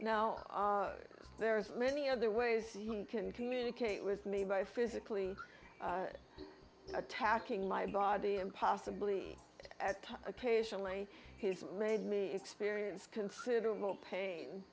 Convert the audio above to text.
now there are many other ways you can communicate with me by physically attacking my body and possibly occasionally he's made me experience considerable pain